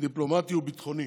דיפלומטי וביטחוני